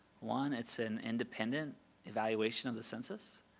one, it's an independent evaluation of the census.